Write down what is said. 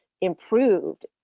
improved